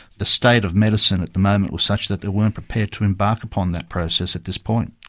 the state of medicine at the moment was such that they weren't prepared to embark upon that process at this point.